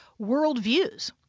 worldviews